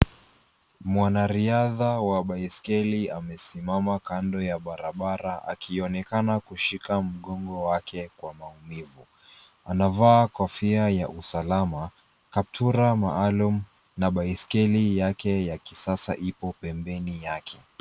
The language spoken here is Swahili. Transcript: Mwanariadha wa baiskeli amesimama kando ya barabara akionekana kushika mgongo wake kwa maumivu. Anavaa kofia ya usalama, kaptura maalum na baiskeli yake ya kisasa ipo pembeni yake.